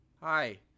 hi